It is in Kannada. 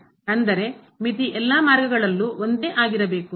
ಅಂದರೆ ಮಿತಿ ಎಲ್ಲಾ ಮಾರ್ಗಗಳಲ್ಲೂ ಒಂದೇ ಆಗಿರಬೇಕು